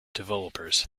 developers